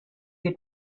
dei